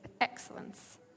excellence